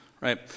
right